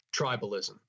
tribalism